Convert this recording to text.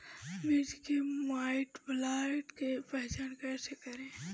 मिर्च मे माईटब्लाइट के पहचान कैसे करे?